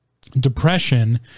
Depression